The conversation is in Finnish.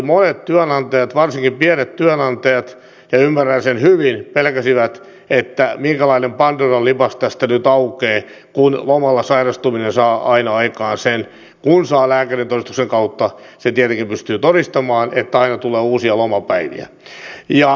monet työnantajat varsinkin pienet työnantajat ja ymmärrän sen hyvin pelkäsivät että minkälainen pandoran lipas tästä nyt aukeaa kun lomalla sairastuminen saa aina aikaan sen että kun saa lääkärintodistuksen sen kautta tietenkin pystyy todistamaan että aina tulee uusia lomapäiviä